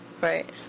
Right